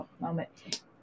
moment